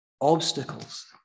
Obstacles